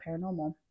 paranormal